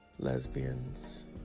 Lesbians